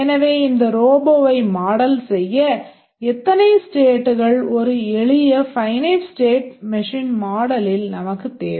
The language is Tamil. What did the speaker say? எனவே இந்த Robot வை மாடல் செய்ய எத்தனை stateகள் ஒரு எளிய finite state machine மாடலில் நமக்குத் தேவை